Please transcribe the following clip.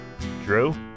Drew